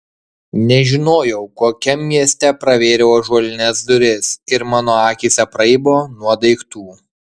nežinojau kokiam mieste pravėriau ąžuolines duris ir mano akys apraibo nuo daiktų